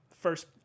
first